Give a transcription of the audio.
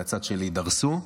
מהצד שלי, דרסו,